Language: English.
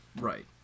Right